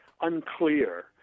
unclear